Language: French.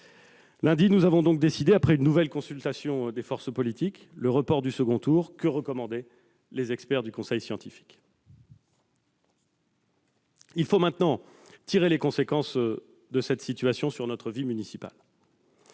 Lundi, nous avons donc décidé, après une nouvelle consultation des forces politiques, le report du second tour, que recommandaient les experts du conseil scientifique. Il faut maintenant tirer les conséquences de cette situation sur notre vie municipale.